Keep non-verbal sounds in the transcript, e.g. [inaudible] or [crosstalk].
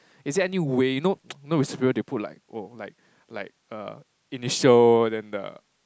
is there any way you know [noise] some people they put like oh like like err initial then the